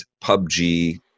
PUBG